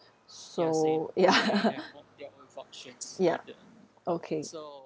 so yeah yeah okay